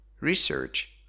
Research